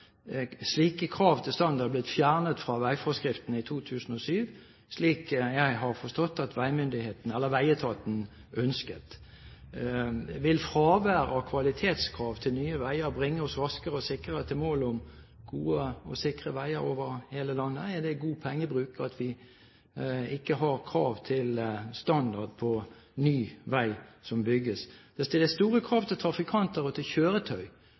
veietaten ønsket? Vil fravær av kvalitetskrav til nye veier bringe oss raskere og sikrere til målet om gode og sikre veier over hele landet? Er det god pengebruk at vi ikke har krav til standard på ny vei som bygges? Det stilles store krav til trafikanter og til kjøretøy.